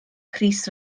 crys